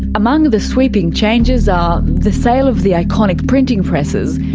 among the sweeping changes are the sale of the iconic printing presses,